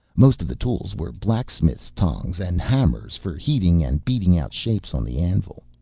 most of the tools were blacksmith's tongs and hammers for heating and beating out shapes on the anvil.